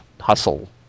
hustle